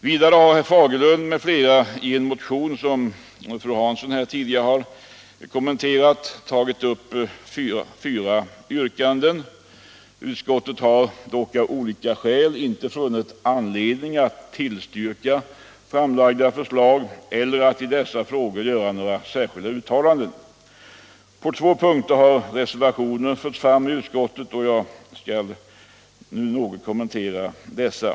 Vidare har herr Fagerlund m.fl. i en motion, som fru Hansson här tidigare har kommenterat, tagit upp fyra yrkanden. Utskottet har dock av olika skäl inte funnit anledning att tillstyrka framlagda förslag eller Nr 129 att i dessa frågor göra några särskilda uttalanden. Torsdagen den På två punkter har reservationer förts fram i utskottet. Jag skall något 12 maj 1977 kommentera dessa.